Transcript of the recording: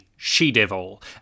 She-Devil